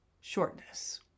shortness